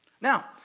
Now